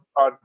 on